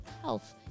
health